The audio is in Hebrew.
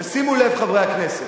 ושימו לב, חברי הכנסת,